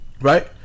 right